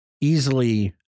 easily